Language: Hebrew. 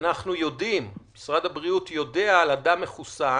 ואנחנו יודעים, משרד הבריאות יודע על אדם מחוסן